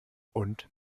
und